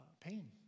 pain